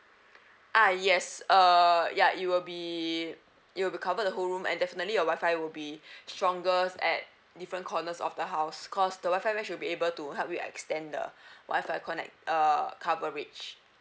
ah yes uh ya it will be it will be cover the whole room and definitely your wifi will be strongest at different corners of the house cause the wifi mesh will be able to help you extend the wifi connec~ uh coverage